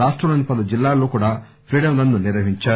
రాష్టంలోని పలు జిల్లాల్లో కూడా ప్రీడం రస్ ను నిర్వహించారు